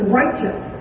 righteous